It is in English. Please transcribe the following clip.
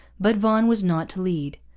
but vaughan was not to lead.